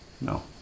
No